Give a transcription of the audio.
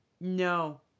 No